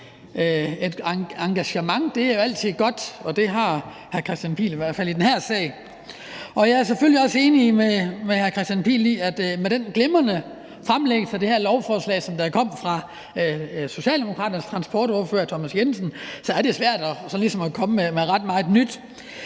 Engagement er jo altid godt, og det har hr. Kristian Pihl Lorentzen i hvert fald i den her sag. Jeg er selvfølgelig også enig med hr. Kristian Pihl Lorentzen i, at med den glimrende fremlæggelse af det her lovforslag, som der kom fra Socialdemokraternes transportordfører, hr. Thomas Jensen, er det svært ligesom at komme med ret meget nyt.